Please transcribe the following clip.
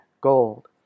Gold